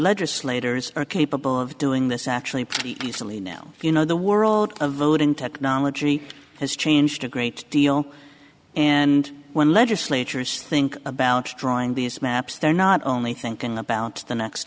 legislators are capable of doing this actually easily now you know the world of voting technology has changed a great deal and when legislatures think about drawing these maps they're not only thinking about the next